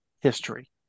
history